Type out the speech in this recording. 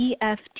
EFT